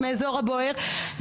בהדרכות,